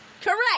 Correct